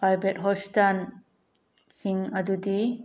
private ꯍꯣꯁꯄꯤꯇꯥꯜꯁꯤꯡ ꯑꯗꯨꯗꯤ